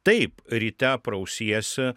taip ryte prausiesi